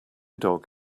dog